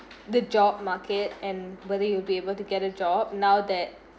the job market and whether you will be able to get a job now that